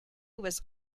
was